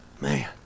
Man